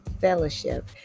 fellowship